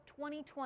2020